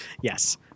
yes